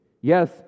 Yes